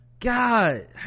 God